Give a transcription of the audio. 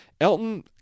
Elton